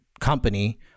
company